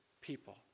people